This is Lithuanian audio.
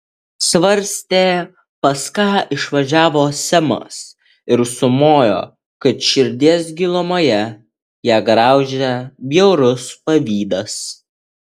svarstė pas ką išvažiavo semas ir sumojo kad širdies gilumoje ją graužia bjaurus pavydas